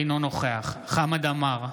אינו נוכח חמד עמאר,